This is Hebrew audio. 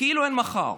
כאילו אין מחר.